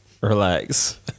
Relax